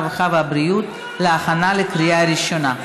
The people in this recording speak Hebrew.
הרווחה והבריאות להכנה לקריאה ראשונה.